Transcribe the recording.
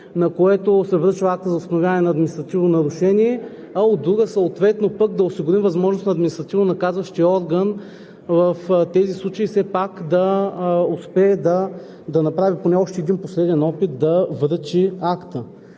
на което се връчва актът за установяване на административно нарушение, а, от друга – съответно пък да осигурим възможност на административнонаказващия орган в тези случаи все пак да успее да направи поне още един последен опит да връчи акта.